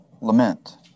lament